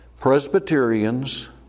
Presbyterians